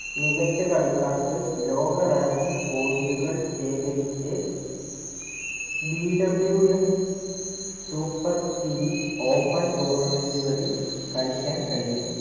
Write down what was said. മികച്ച കളിക്കാർക്ക് ലോക റാങ്കിംഗ് പോയിന്റുകൾ ശേഖരിച്ച് B W F super series open ടൂർണമെന്റുകളിൽ കളിക്കാൻ കഴിയും